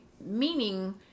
Meaning